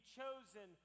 chosen